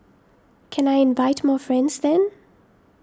can I invite more friends then